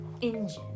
engine